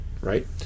right